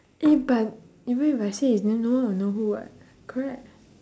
eh but even if I say there's no no one will know who what correct